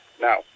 now